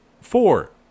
Four